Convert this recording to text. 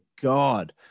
god